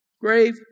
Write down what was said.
grave